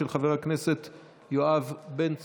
של חבר הכנסת יואב בן צור.